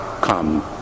come